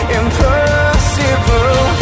impossible